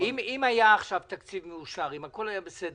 אם היה עכשיו תקציב מאושר, אם הכול היה בסדר,